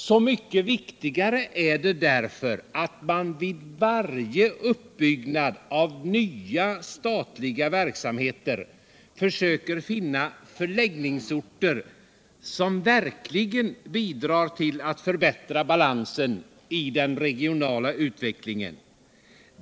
Så mycket viktigare är det därför att man vid varje uppbyggnad av nya statliga verksamheter söker finna förläggningsorter som verkligen bidrar till att förbättra balansen i den regionala utvecklingen.